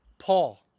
Paul